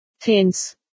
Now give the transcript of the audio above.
hence